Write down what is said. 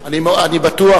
אני בטוח,